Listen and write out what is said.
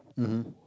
mmhmm